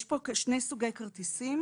יש פה שני סוגי כרטיסים.